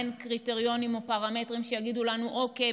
אין קריטריונים או פרמטרים שיגידו לנו: אוקיי,